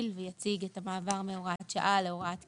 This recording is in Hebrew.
ויציג את המעבר מהוראת שעה להוראת קבע,